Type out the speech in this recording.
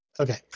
Okay